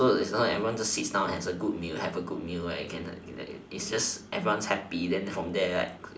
so as long as everyone sits down and have a good meal have a good meal right and everyone's happy and from there right